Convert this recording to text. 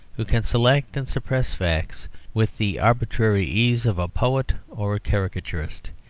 who can select and suppress facts with the arbitrary ease of a poet or a caricaturist.